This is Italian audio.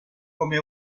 come